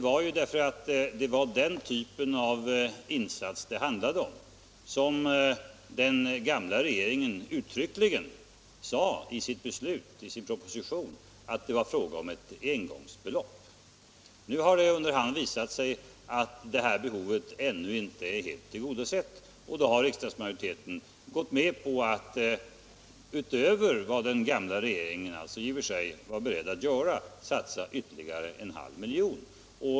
I fråga om den typen av insats sade den gamla regeringen uttryckligen i sin proposition att det gällde ett engångsbelopp. Nu har det under hand visat sig att det här behovet ännu inte är helt tillgodosett, och då har riksdagsmajoriteten gått med på att, utöver vad den gamla regeringen alltså ansåg nödvändigt, satsa ytterligare en halv miljon.